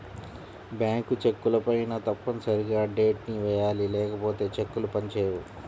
bank చెక్కులపైన తప్పనిసరిగా date ని వెయ్యాలి లేకపోతే చెక్కులు పని చేయవు